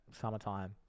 Summertime